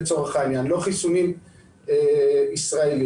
לא חיסונים ישראלים.